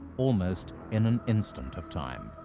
almost in an instant of time.